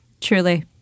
Truly